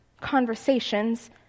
conversations